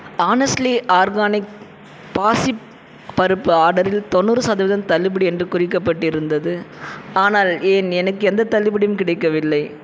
honestly organic பாசிப்பருப்பு ஆர்டரில் தொண்ணூறு சதவீதம் தள்ளுபடி என்று குறிக்கப்பட்டிருந்தது ஆனால் ஏன் எனக்கு எந்தத் தள்ளுபடியும் கிடைக்கவில்லை